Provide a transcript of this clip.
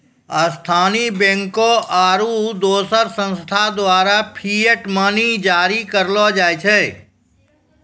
स्थानीय बैंकों आरू दोसर संस्थान द्वारा फिएट मनी जारी करलो जाय छै